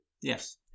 yes